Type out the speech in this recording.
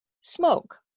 smoke